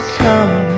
come